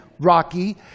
Rocky